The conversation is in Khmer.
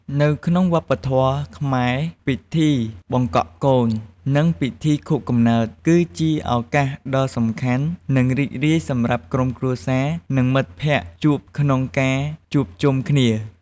នៅក្នុងវប្បធម៌ខ្មែរ ពិធីបង្កក់កូន និងពិធីខួបកំណើត គឺជាឱកាសដ៏សំខាន់ និងរីករាយសម្រាប់ក្រុមគ្រួសារ និងមិត្តភក្តិជួបក្នុងការជួបជុំគ្នា។